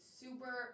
super –